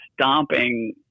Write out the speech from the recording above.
stomping